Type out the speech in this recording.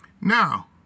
Now